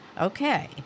Okay